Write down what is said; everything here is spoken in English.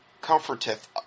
comforteth